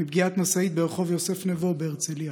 מפגיעת משאית ברחוב יוסף נבו בהרצליה,